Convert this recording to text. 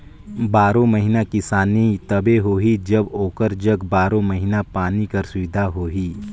बारो महिना किसानी तबे होही जब ओकर जग बारो महिना पानी कर सुबिधा होही